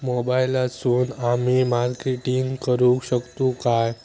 मोबाईलातसून आमी मार्केटिंग करूक शकतू काय?